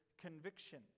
conviction